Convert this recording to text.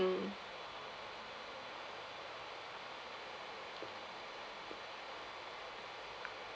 mm